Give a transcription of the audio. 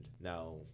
now